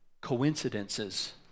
coincidences